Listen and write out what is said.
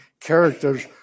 characters